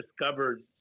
discovered